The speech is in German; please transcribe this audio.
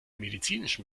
medizinischen